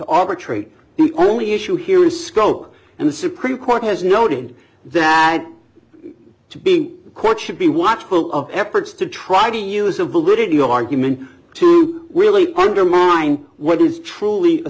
arbitrate the only issue here in scope and the supreme court has noted that to be in court should be watchful of efforts to try to use a validity of argument to really undermine what is truly a